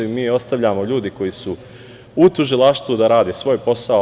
Mi ostavljamo ljude koji su u tužilaštvu da rade svoj posao.